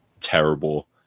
terrible